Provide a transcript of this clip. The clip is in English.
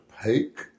opaque